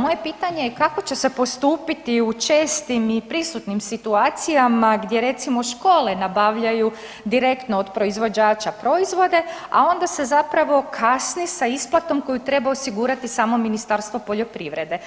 Moje pitanje je kako će se postupiti u čestim i prisutnim situacijama gdje recimo škole nabavljaju direktno od proizvođača proizvode, a onda se zapravo kasni sa isplatom koju treba osigurati samo Ministarstvo poljoprivrede,